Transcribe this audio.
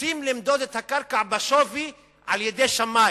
רוצים למדוד את הקרקע בשווי על-ידי שמאי.